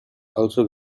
also